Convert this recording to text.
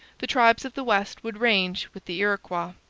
the tribes of the west would range with the iroquois.